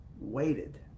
waited